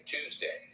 Tuesday